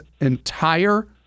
entire